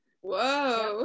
Whoa